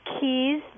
keys